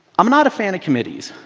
i'm not a fan of committees.